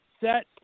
set